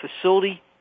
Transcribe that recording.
facility